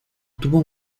tuvo